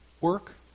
work